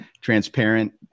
transparent